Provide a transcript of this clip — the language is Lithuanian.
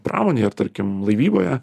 pramonėje ar tarkim laivyboje